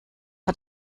hat